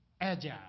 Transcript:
agile